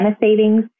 savings